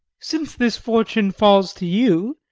since this fortune falls to you,